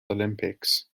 olympics